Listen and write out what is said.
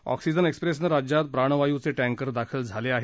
oxygen एक्सप्रेसनं राज्यात प्राणवायुचे टँकर दाखल झाले आहेत